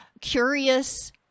curious